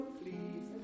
please